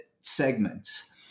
segments